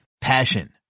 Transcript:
Passion